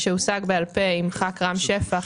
שהושג בעל פה עם ח"כ רם שפע,